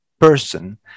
person